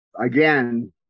again